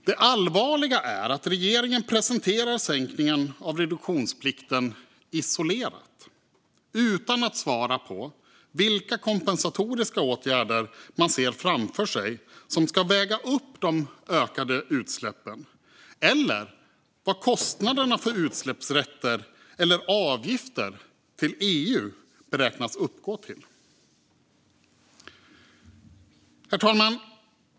Det allvarliga är att regeringen presenterar sänkningen av reduktionsplikten isolerat och utan att svara på vilka kompensatoriska åtgärder man ser framför sig som ska väga upp de ökade utsläppen eller vad kostnaderna för utsläppsrätter eller avgifter till EU beräknas uppgå till. Herr talman!